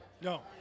No